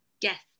yes